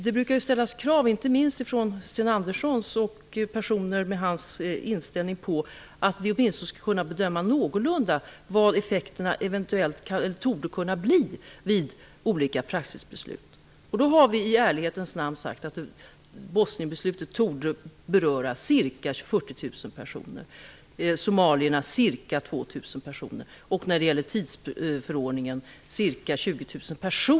Det brukar ställas krav, inte minst från Sten Andersson och personer med hans inställning, på att vi åtminstone någorlunda skall kunna bedöma vilka effekterna torde kunna bli vid olika praxisbeslut. Då har vi i ärlighetens namn sagt att Bosnienbeslutet torde beröra ca 40 000 personer. Ca 2 000 somalier kommer att beröras. Tidsförordningen berör ca 20 000 personer.